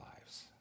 lives